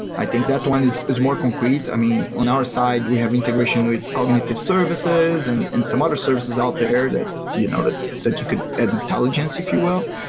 i think that one is is more concrete. i mean, on our side we have integration with cognitive services and and some other services out there that you know that you could add intelligence, if you will,